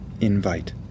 Invite